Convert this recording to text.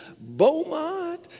Beaumont